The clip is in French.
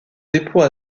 dépôts